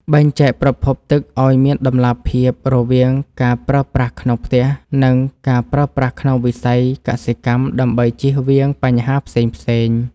បែងចែកប្រភពទឹកឱ្យមានតម្លាភាពរវាងការប្រើប្រាស់ក្នុងផ្ទះ និង ការប្រើប្រាស់ក្នុងវិស័យកសិកម្មដើម្បីជៀសវាងបញ្ហាផ្សេងៗ។